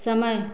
समय